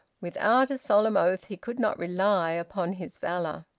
without a solemn oath he could not rely upon his valour.